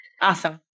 awesome